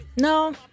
No